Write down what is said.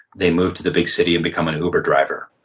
they move to the big city and become an uber driver,